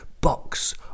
box